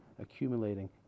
accumulating